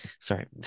Sorry